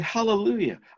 Hallelujah